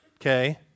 okay